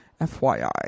FYI